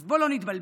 אז בואו לא נתבלבל: